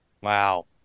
Wow